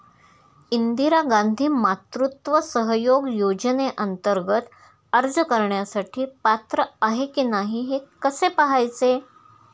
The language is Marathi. इंदिरा गांधी मातृत्व सहयोग योजनेअंतर्गत अर्ज करण्यासाठी पात्र आहे की नाही हे कसे पाहायचे?